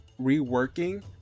reworking